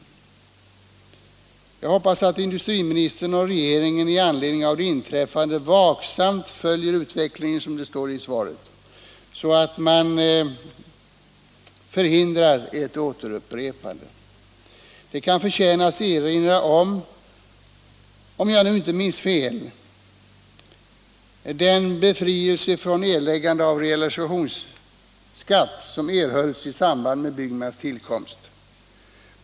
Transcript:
kommun Jag hoppas att industriministern och regeringen i anledning av det inträffade vaksamt följer utvecklingen som det sägs i svaret, så att ett upprepande kan förhindras. Det förtjänar erinras om -— ifall jag nu inte minns fel — den befrielse från realisationsvinstbeskattning som erhölls i samband med Byggmas tillkomst.